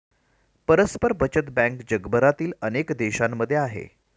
परस्पर बचत बँक जगभरातील अनेक देशांमध्ये आहे